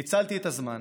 ניצלתי את הזמן